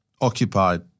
occupied